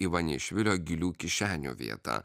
ivanišvilio gilių kišenių vieta